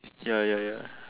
ya ya ya